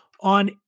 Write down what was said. on